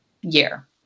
year